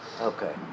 okay